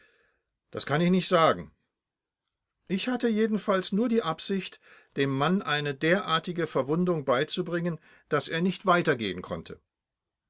das kann ich nicht sagen ich hatte jedenfalls nur die absicht dem mann eine derartige verwundung beizubringen daß er nicht weitergehen konnte